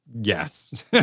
yes